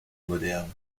moderne